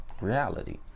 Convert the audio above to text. reality